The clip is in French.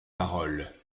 parole